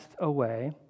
away